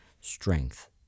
strength